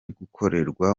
gukorwa